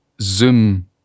Zoom